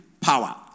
power